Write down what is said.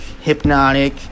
hypnotic